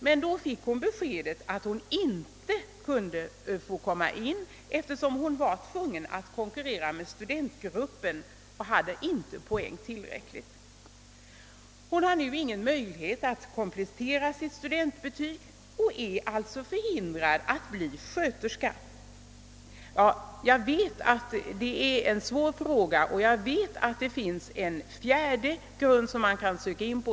Men så fick hon beskedet att hon inte kunde få komma in, eftersom hon var tvungen att konkurrera med studentgruppen och då inte hade poäng tillräckligt. Hon har nu ingen möjlighet att komplettera sitt studentbetyg och är alltså förhindrad att bli sköterska. Jag vet att detta är en svår fråga, och jag vet att det finns en fjärde grund som man kan söka in på.